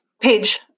Page